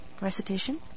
Recitation